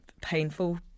painful